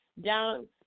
down